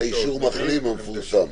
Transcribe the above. אישור מחלים המפורסם.